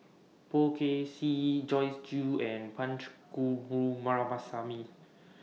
Poh Kay Swee Joyce Jue and Punch Coomaraswamy